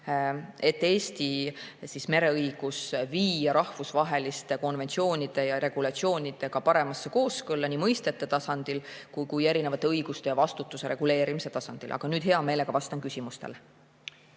et Eesti mereõigus viia rahvusvaheliste konventsioonide ja regulatsioonidega paremasse kooskõlla nii mõistete tasandil kui ka erinevate õiguste ja vastutuse reguleerimise tasandil. Aga nüüd hea meelega vastan küsimustele.